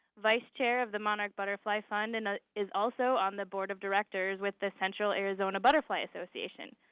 vice chair of the monarch butterfly fund, and ah is also on the board of directors with the central arizona butterfly association.